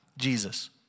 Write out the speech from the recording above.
Jesus